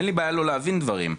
אין לי בעיה לא להבין דברים.